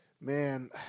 man